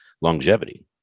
longevity